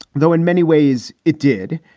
though in many ways it did.